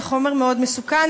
זה חומר מאוד מסוכן,